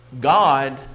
God